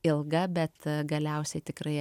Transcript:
ilga bet galiausiai tikrai